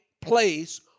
place